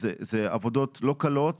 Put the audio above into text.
אלה עבודות לא קלות